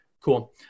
Cool